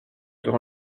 sur